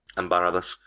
and, barabas,